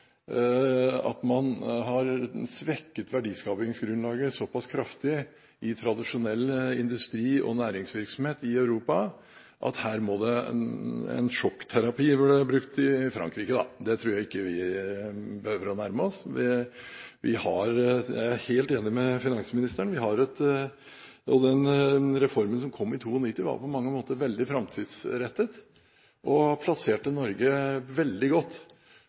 at man har svekket verdiskapingsgrunnlaget så pass kraftig i tradisjonell industri og næringsvirksomhet i Europa at her må det en sjokkterapi til – og det ble brukt i Frankrike. Det tror jeg ikke vi behøver å nærme oss. Jeg er helt enig med finansministeren. Den reformen som kom i 1992, var på mange måter veldig framtidsrettet. Den plasserte Norge veldig godt